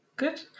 Good